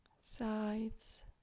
Sides